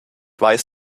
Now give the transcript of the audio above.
weiß